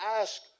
ask